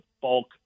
bulk